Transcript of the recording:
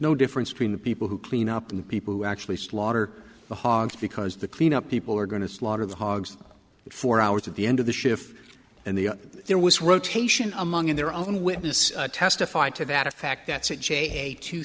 no difference between the people who clean up and people who actually slaughter the hogs because the cleanup people are going to slaughter the hogs for hours at the end of the shift and the there was rotation among their own witness testified to that effect that's it j two